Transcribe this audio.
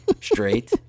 Straight